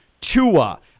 Tua